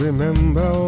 Remember